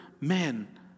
men